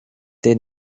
the